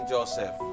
Joseph